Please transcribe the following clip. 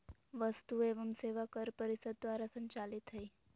वस्तु एवं सेवा कर परिषद द्वारा संचालित हइ